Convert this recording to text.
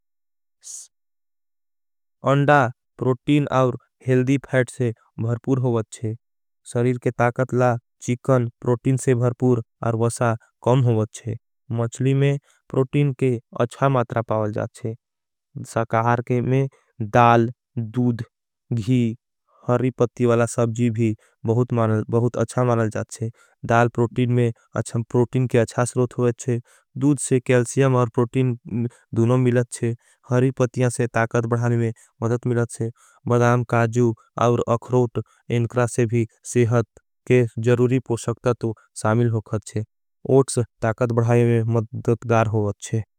अंडा प्रोटीन और healthy fat से भर्पूर हो वाच्छे। सरीर के ताकतला चीकन प्रोटीन से भर्पूर। और वसा कम हो वाच्छे मचली में प्रोटीन के। अच्छा मात्रा पावल जाच्छे अं डा प्रोटीन। और हेल्दी फैट से भर्पूर हो वाच्छे।